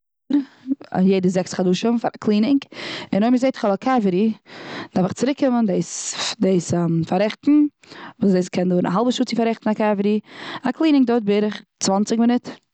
יעדע זעקס חדשים פאר א קלינינג. און אויב כ'זעה כ'האב א קעוועטי דארף איך צוריק קומען דאס, פ- דאס פארעכטן. וואס דאב קען דויערן א האלבע שעה צו פארעכטן א קאוועטי. א קלינינג דויערט בערך צוואנציג מינוט.